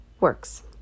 works